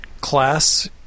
class